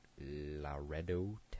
Laredo